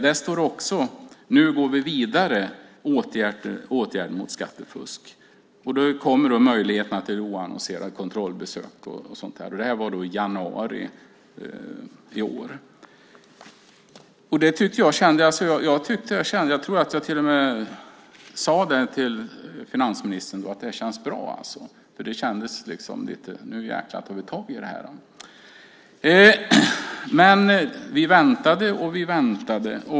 Där står det: Nu går vi vidare, åtgärder mot skattefusk. Då kommer möjligheterna till oannonserade kontrollbesök och sådant. Det här var alltså i januari i år. Jag tror att jag till och med sade till finansministern att det här kändes bra. Det kändes liksom lite som att nu jäklar tar vi tag i det här. Men vi väntade, och vi väntade.